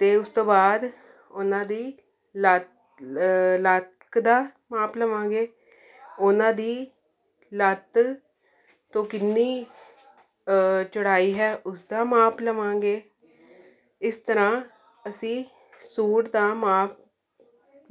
ਅਤੇ ਉਸ ਤੋਂ ਬਾਅਦ ਉਹਨਾਂ ਦੀ ਲੱਕ ਲੱਕ ਦਾ ਮਾਪ ਲਵਾਂਗੇ ਉਹਨਾਂ ਦੀ ਲੱਤ ਤੋਂ ਕਿੰਨੀ ਚੌੜਾਈ ਹੈ ਉਸਦਾ ਮਾਪ ਲਵਾਂਗੇ ਇਸ ਤਰ੍ਹਾਂ ਅਸੀਂ ਸੂਟ ਦਾ ਮਾਪ